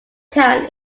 town